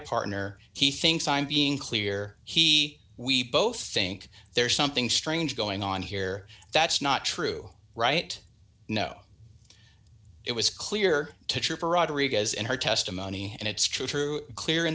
partner he thinks i'm being clear he we both think there's something strange going on here that's not true right no it was clear to trooper rodriguez in her testimony and it's true true clear in